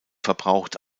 verbraucht